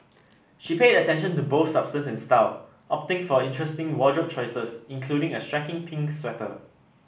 she paid attention to both substance and style opting for interesting wardrobe choices including a striking pink sweater